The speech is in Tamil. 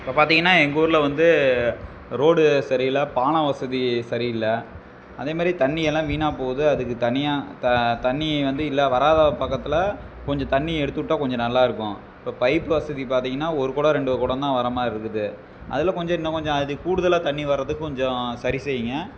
இப்போ பார்த்திங்கன்னா எங்கள் ஊர்ல வந்து ரோடு சரி இல்லை பாலம் வசதி சரி இல்லை அதே மாரி தண்ணி எல்லாம் வீணாக போகுது அதுக்கு தனியாக த தண்ணி வந்து இல்லை வராத பக்கத்தில் கொஞ்சம் தண்ணி எடுத்து விட்டா கொஞ்சம் நல்லா இருக்கும் இப்போ பைப் வசதி பார்த்திங்கன்னா ஒரு குடம் ரெண்டு குடம் தான் வர மாதிரி இருக்குது அதில் கொஞ்சம் இன்னும் கொஞ்சம் அது கூடுதலாக தண்ணி வர்றதுக்கு கொஞ்சம் சரி செய்யுங்க